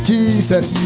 Jesus